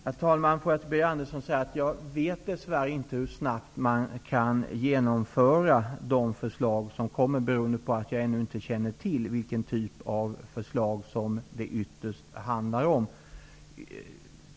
Herr talman! Låt mig säga till Birger Andersson att jag dess värre inte vet hur snabbt man kan genomföra det förslag som kommer beroende på att jag ännu inte känner till vilken typ av förslag som det ytterst handlar om.